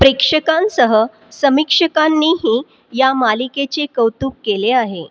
प्रेक्षकांसह समीक्षकांनीही या मालिकेचे कौतुक केले आहे